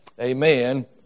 Amen